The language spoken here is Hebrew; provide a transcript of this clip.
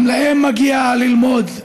גם להם מגיע ללמוד.